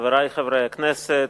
חברי חברי הכנסת,